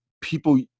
people